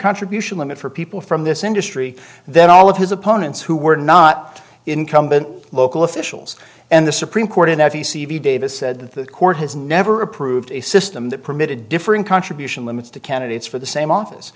contribution limit for people from this industry then all of his opponents who were not incumbent local officials and the supreme court in f e c v davis said that the court has never approved a system that permitted different contribution limits to candidates for the same office